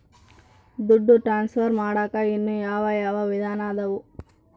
ದುಡ್ಡು ಟ್ರಾನ್ಸ್ಫರ್ ಮಾಡಾಕ ಇನ್ನೂ ಯಾವ ಯಾವ ವಿಧಾನ ಅದವು?